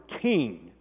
king